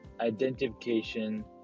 identification